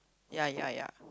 ya ya ya